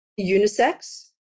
unisex